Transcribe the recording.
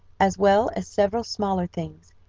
as well as several smaller things,